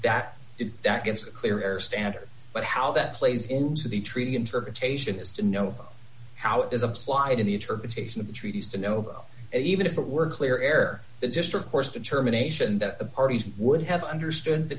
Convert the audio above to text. a clear error standard but how that plays into the treaty interpretation is to know how it is applied in the interpretation of the treaties to know and even if it were clear air the gist or course determination that the parties would have understood the